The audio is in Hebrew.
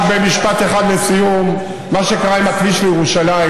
רק במשפט אחד לסיום: מה שקרה עם הכביש לירושלים,